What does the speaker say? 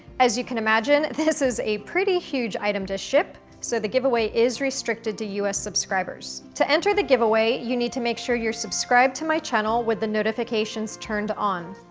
as you can imagine, this is a pretty huge item to ship so the giveaway is restricted to u s. subscribers. to enter the giveaway, you need to make sure you're subscribed to my channel with the notifications turned on.